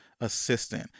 assistant